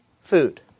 food